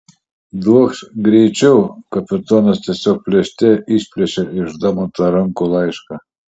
duokš greičiau kapitonas tiesiog plėšte išplėšė iš domanto rankų laišką